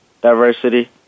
Diversity